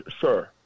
sir